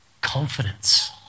confidence